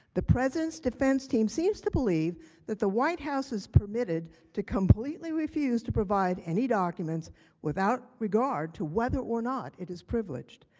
the president's defense team seems to believe that the white house is permitted to completely refuse to provide any documents without regard to whether or not it is privileged.